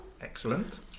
Excellent